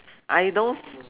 I don't